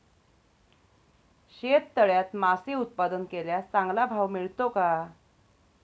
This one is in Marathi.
शेततळ्यात मासे उत्पादन केल्यास चांगला भाव मिळतो का?